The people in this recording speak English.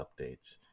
updates